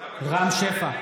רם שפע,